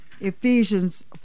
Ephesians